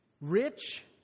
Rich